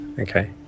okay